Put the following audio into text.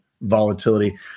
volatility